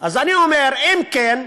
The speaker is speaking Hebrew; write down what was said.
אז אני אומר: אם כן,